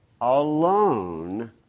alone